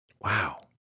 Wow